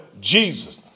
Jesus